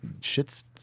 shit's